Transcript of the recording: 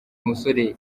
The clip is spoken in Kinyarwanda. umusore